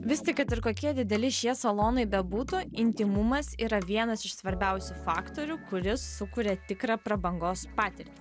vis tik kad ir kokie dideli šie salonai bebūtų intymumas yra vienas iš svarbiausių faktorių kuris sukuria tikrą prabangos patirtį